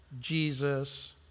Jesus